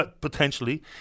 potentially